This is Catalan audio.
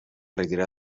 retirà